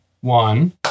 one